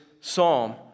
psalm